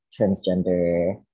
transgender